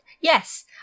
Yes